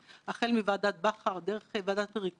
די ברור היום,